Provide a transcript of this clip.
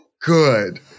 good